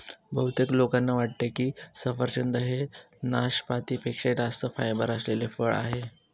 बहुतेक लोकांना वाटते की सफरचंद हे नाशपाती पेक्षा जास्त फायबर असलेले फळ आहे